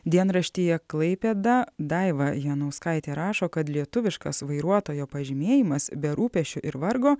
dienraštyje klaipėda daiva janauskaitė rašo kad lietuviškas vairuotojo pažymėjimas be rūpesčių ir vargo